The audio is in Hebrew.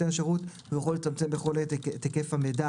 השירות ויכול לצמצם בכל עת את היקף המידע